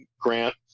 grant